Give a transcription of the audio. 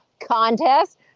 contest